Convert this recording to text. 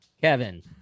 Kevin